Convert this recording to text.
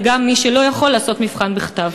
גם למי שלא יכול לעשות מבחן בכתב.